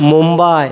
Mumbai